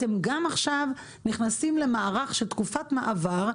אתם גם עכשיו נכנסים למערך של תקופת מעבר,